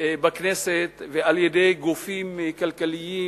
בכנסת ועל-ידי גופים כלכליים